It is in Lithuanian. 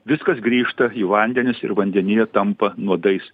viskas grįžta į vandenis ir vandenyje tampa nuodais